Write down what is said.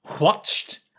watched